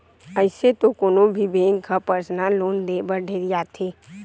अइसे तो कोनो भी बेंक ह परसनल लोन देय बर ढेरियाथे